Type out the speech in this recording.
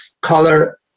Color